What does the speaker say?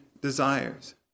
desires